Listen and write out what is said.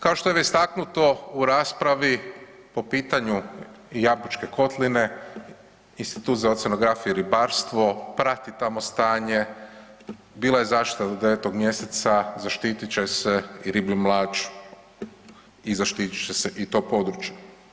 Kao što je istaknuto u raspravi po pitanju Jabučke kotline, Institut za oceanografiju i ribarstvo prati tamo stanje, bila je zaštita do 9. mj., zaštitit će se i riblju mlađ i zaštitit će se i to područje.